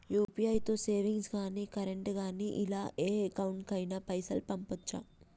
UPI తో savings గాని current గాని ఇలా ఏ అకౌంట్ కైనా పైసల్ పంపొచ్చా?